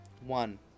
One